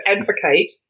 advocate